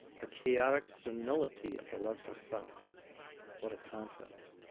the chaotic senility of the lesser self what a concept.